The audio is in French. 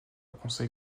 conseil